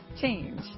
change